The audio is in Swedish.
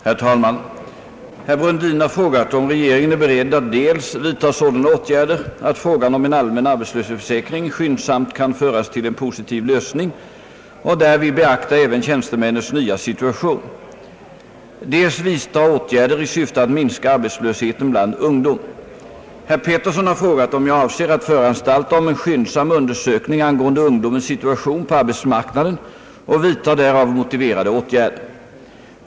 Herr talman! Herr Brundin har frågat om regeringen är beredd att dels vidta sådana åtgärder att frågan om en allmän arbetslöshetsförsäkring skyndsamt kan föras till en positiv lösning och därvid beakta även tjänstemännens nya situation, dels vidta åtgärder i syfte att minska arbetslösheten bland ungdom. Herr Petersson har frågat om jag avser ait föranstalta om en skyndsam undersökning angående ungdomens situation på arbetsmarknaden och vidta därav motiverade åtgärder.